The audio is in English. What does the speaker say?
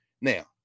Now